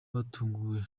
yatunguwe